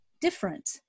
different